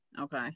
okay